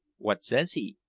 what says he?